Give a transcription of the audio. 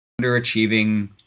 underachieving